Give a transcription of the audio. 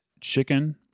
chicken